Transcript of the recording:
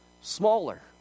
smaller